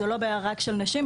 זו לא בעיה רק של נשים,